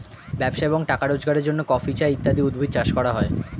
ব্যবসা এবং টাকা রোজগারের জন্য কফি, চা ইত্যাদি উদ্ভিদ চাষ করা হয়